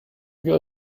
you